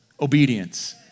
obedience